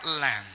land